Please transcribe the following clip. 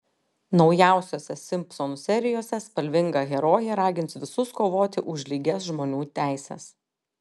naujausiose simpsonų serijose spalvinga herojė ragins visus kovoti už lygias žmonių teises